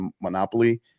monopoly